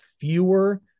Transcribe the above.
fewer